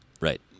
Right